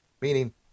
meaning